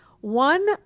one